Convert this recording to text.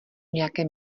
nějaké